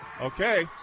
okay